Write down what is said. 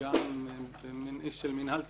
וגם של מינהל תקין.